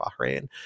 Bahrain